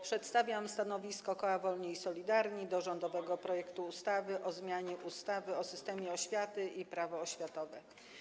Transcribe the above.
Przedstawiam stanowisko koła Wolni i Solidarni wobec rządowego projektu ustawy o zmianie ustawy o systemie oświaty i ustawy Prawo oświatowe.